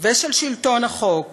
ושל שלטון החוק